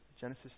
Genesis